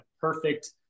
perfect